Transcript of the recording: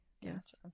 Yes